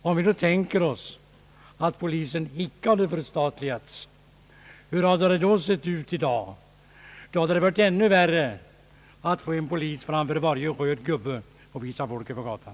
Om polisen icke hade förstatligats, hur hade då läget varit i dag? Då hade det varit ännu svårare att placera en polis framför varje röd gubbe i trafiken för att visa folk över gatan.